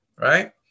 right